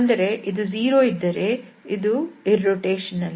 ಅಂದರೆ ಇದು 0 ಇದ್ದರೆ ಇದು ಅನಾವರ್ತಕ